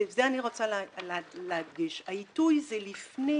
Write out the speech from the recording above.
ואת זה אני רוצה להדגיש: העיתוי זה לפני